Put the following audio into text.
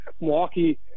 Milwaukee